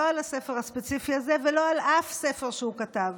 לא על הספר הספציפי הזה ולא על אף ספר שהוא כתב.